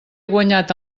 guanyat